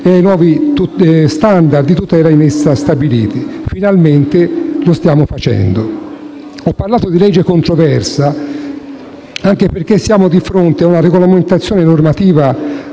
e ai nuovi *standard* di tutela in essa stabiliti. Finalmente lo stiamo facendo. Ho parlato di legge controversa anche perché siamo di fronte a una regolamentazione normativa